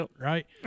right